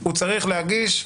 הוא צריך להגיש.